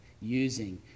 using